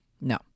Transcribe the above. No